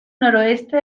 noroeste